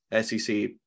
SEC